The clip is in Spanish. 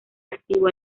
activo